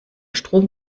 strom